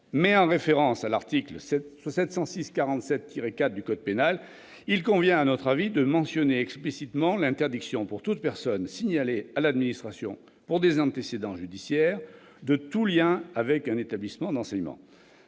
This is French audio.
et en référence à l'article 706-47-4 du code pénal, il convient de mentionner explicitement l'interdiction, pour toute personne signalée à l'administration pour des antécédents judiciaires, de tout lien avec un établissement d'enseignement.